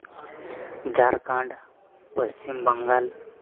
Jharkhand Paschim Bengal